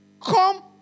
come